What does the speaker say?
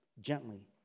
gently